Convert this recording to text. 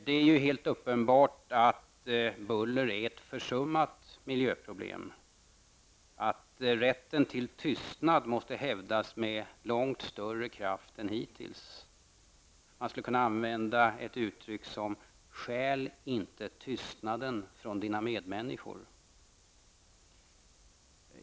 Det är helt uppenbart att buller är ett försummat miljöproblem och att rätten till tystnad måste hävdas med långt större kraft än hittills. Man skulle kunna använda uttrycket: Stjäl inte tystnaden från dina medmänniskor!